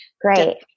great